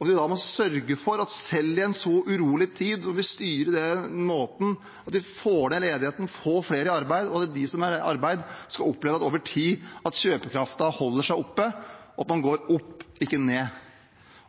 Vi må sørge for at selv i en så urolig tid må vi styre på en måte som gjør at vi får ned ledigheten, får flere i arbeid, og at de som er i arbeid, skal oppleve at kjøpekraften over tid holder seg oppe – og at man går opp, ikke ned.